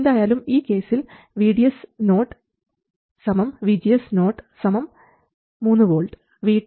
So any way in this case VDS0 VGS0 3v and VT 1v